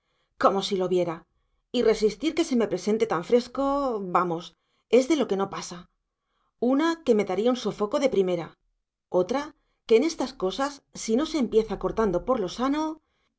como si lo viera y resistir que se me presente tan fresco vamos es de lo que no pasa una que me daría un sofoco de primera otra que en estas cosas si no se empieza cortando por